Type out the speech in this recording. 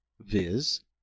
viz